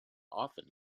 often